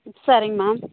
சரிங்க மேம்